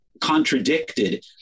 contradicted